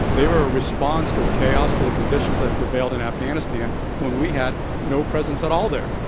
they were a response to the chaos to the conditions that prevailed in afghanistan when we had no presence at all there.